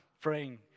praying